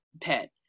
pet